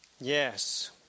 Yes